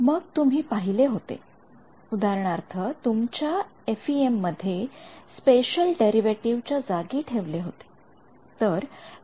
मग तुम्ही पहिले होते उदाहरणार्थ तुमच्या एफइएम मध्ये स्पेशल डेरीवेटीव्ह च्या जागी ठेवले होते